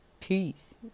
Peace